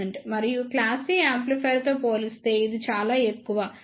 5 మరియు class A యాంప్లిఫైయర్తో పోలిస్తే ఇది చాలా ఎక్కువ